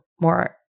more